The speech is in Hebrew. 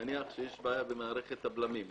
נניח שיש בעיה במערכת הבלמים,